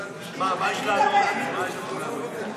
באיזה עוד פרלמנט יושבים אנשים כאלה שחותרים תחתינו?